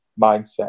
Mindset